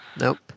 Nope